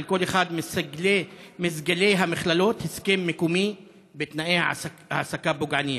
כל אחד מסגלי המכללות הסכם מקומי בתנאי העסקה פוגעניים.